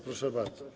Proszę bardzo.